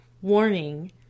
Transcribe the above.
warning